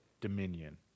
dominion